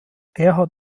gerhard